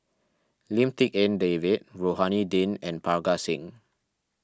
Lim Tik En David Rohani Din and Parga Singh